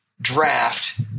draft